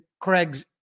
Craig's